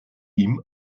ihm